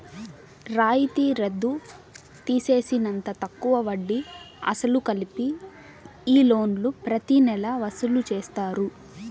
రాయితీ రద్దు తీసేసినంత తక్కువ వడ్డీ, అసలు కలిపి ఈ లోన్లు ప్రతి నెలా వసూలు చేస్తారు